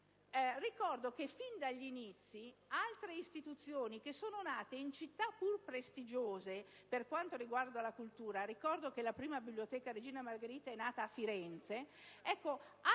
Ricordo che, fin dagli inizi, altre istituzioni che sono nate in città pur prestigiose per quanto riguarda la cultura - ricordo che la prima biblioteca «Regina Margherita» è nata a Firenze - non